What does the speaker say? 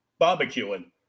barbecuing